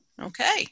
okay